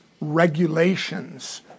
regulations